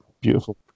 beautiful